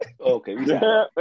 Okay